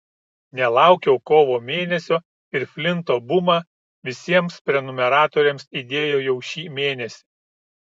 nelaukiau kovo mėnesio ir flinto bumą visiems prenumeratoriams įdėjau jau šį mėnesį